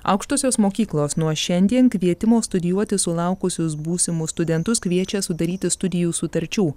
aukštosios mokyklos nuo šiandien kvietimo studijuoti sulaukusius būsimus studentus kviečia sudaryti studijų sutarčių